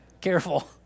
careful